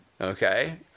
Okay